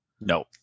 no